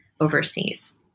overseas